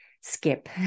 skip